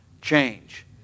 change